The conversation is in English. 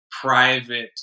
private